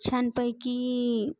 छानपैकी